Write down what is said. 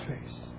face